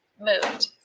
moved